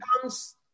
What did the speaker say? comes